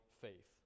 faith